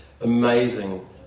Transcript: amazing